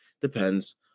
Depends